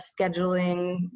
scheduling